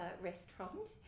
restaurant